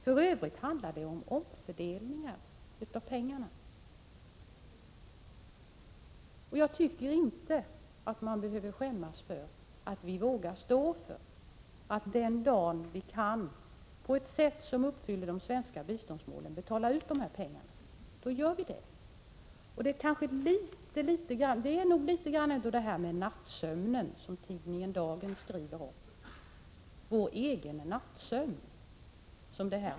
För övrigt handlar det om omfördelningar av pengarna. Jag tycker inte att vi behöver skämmas för att vi vågar stå för att den dag man på ett sätt som uppfyller de svenska biståndsmålen kan betala ut dessa pengar gör man det. Det handlar nog om det här med nattsömnen, som tidningen Dagen skriver om, alltså vår egen nattsömn.